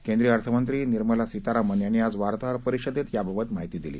केंद्रीय अर्थमंत्री निर्मला सीतारामन यांनी आज वार्ताहर परिषदेत याबाबत माहिती दिली